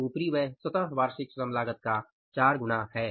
तो उपरिव्यय स्वतः वार्षिक श्रम लागत का 4 गुना है